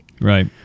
right